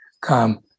come